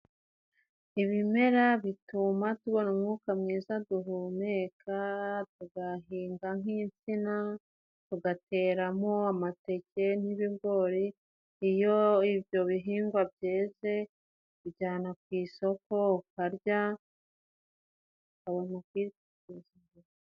Ibimera bituma tubona umwuka mwiza duhumeka， tugahinga nk'insina， ugateramo amateke n'ibigori， iyo ibyo bihingwa byeze， ujyana ku isoko ukarya， ukabona ubwizigame.